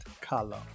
Color